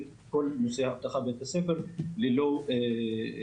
את נושא האבטחה בבתי הספר ללא מענה.